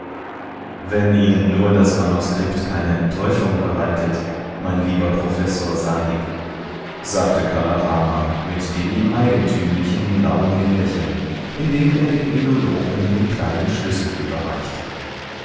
wenn ihnen nur das manuskript keine enttäuschung bereitet mein lieber professor sahib sagte kala rama mit dem ihm eigentümlichen launigen lächeln indem er dem indologen den kleinen schlüssel überreichte